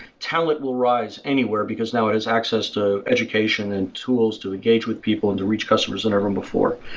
talent will rise anywhere because now it has access to education and tools to engage with people and to reach customers than ever before.